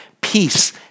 peace